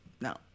no